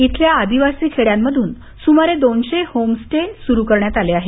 इथल्या आदिवासी खेड्यांमधून सुमारे दोनशे होम स्टे सुरु केले आहेत